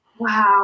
Wow